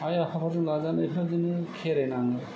आइ आफाफोरजों लाजानायफोरा बिदिनो खेराइ नाङो